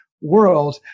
world